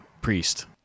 priest